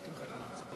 אה, אוקיי.